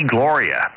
Gloria